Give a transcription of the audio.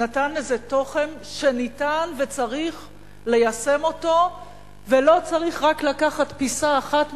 נתן לזה תוכן שניתן וצריך ליישם אותו ולא צריך רק לקחת פיסה אחת ממנו,